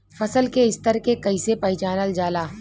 फसल के स्तर के कइसी पहचानल जाला